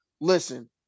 Listen